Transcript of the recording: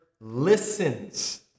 listens